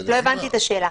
לא הבנתי את השאלה.